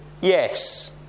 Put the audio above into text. yes